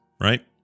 right